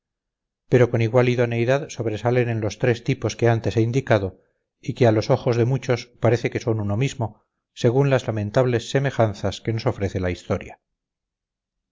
pero con igual idoneidad sobresalen en los tres tipos que antes he indicado y que a los ojos de muchos parece que son uno mismo según las lamentables semejanzas que nos ofrece la historia